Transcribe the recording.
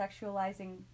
sexualizing